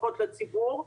לפחות לציבור.